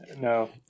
No